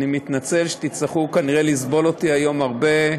אני מתנצל שתצטרכו כנראה לסבול אותי היום הרבה.